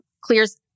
clears